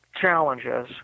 challenges